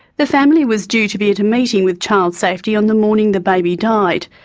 the family was due to be at a meeting with child safety on the morning the baby died.